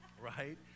right